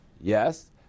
yes